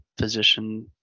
physician